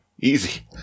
Easy